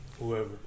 whoever